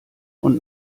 und